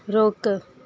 रोक